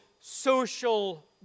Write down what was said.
social